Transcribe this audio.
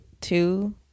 two